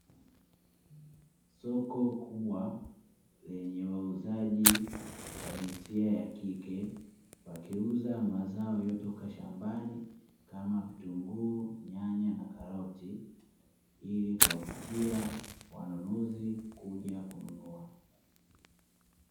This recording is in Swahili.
Soko kubwa lenye wauzaji wa jinsia ya kike, wakiuza mazao yaliyotoka shambani kama: vitunguu, nyanya na karoti. Ili kuwavutia wanunuzi kuja kununua.